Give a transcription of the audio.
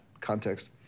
context